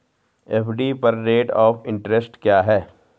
FD पर rate of interest क्या है?